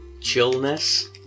chillness